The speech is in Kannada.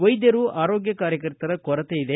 ವೈದ್ಯರು ಆರೋಗ್ಯ ಕಾರ್ಯಕರ್ತರ ಕೊರತೆ ಇದೆ